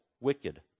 wicked